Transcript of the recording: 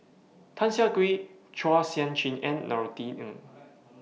Tan Siah Kwee Chua Sian Chin and Norothy Ng